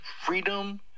Freedom